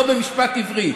אבל לא מהמשפט עברי.